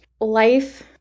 Life